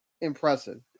impressive